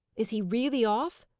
is he really off?